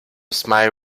smile